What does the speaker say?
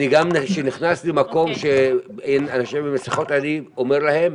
אני גם כשנכנס למקום שאין אנשים עם מסכות אני אומר להם,